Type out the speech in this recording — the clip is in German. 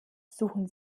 suchen